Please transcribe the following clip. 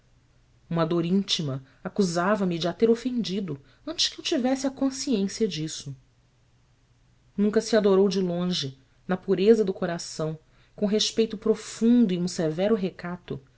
uma dor íntima acusava me de a ter ofendido antes que eu tivesse a consciência disso nunca se adorou de longe na pureza do coração com respeito profundo e um severo recato